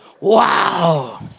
Wow